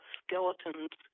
skeletons